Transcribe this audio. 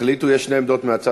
מנחם בגין,